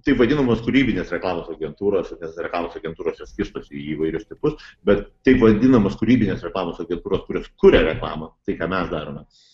taip vadinamos kūrybinės reklamos agentūros nes reklamos agentūros jos skirstosi į įvairius tipus bet taip vadinamos kūrybinės reklamos agentūros kurios kuria reklamą tai ką mes darome